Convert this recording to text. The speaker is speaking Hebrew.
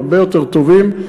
הרבה יותר טובים.